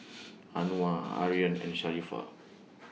Anuar Aryan and Sharifah